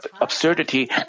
absurdity